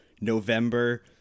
November